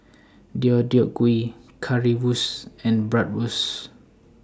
Deodeok Gui Currywurst and Bratwurst